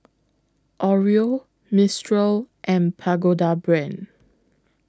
Oreo Mistral and Pagoda Brand